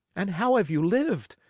and how have you lived?